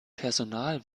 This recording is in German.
personal